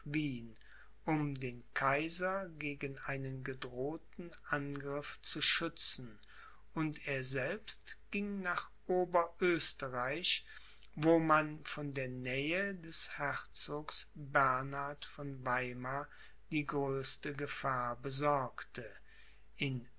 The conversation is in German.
um den kaiser gegen einen gedrohten angriff zu schützen und er selbst ging nach ober oesterreich wo man von der nähe des herzogs bernhard von weimar die größte gefahr besorgte in